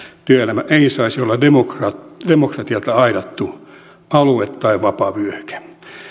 työelämä ei saisi olla demokratialta demokratialta aidattu alue tai vapaavyöhyke